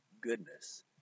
goodness